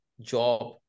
job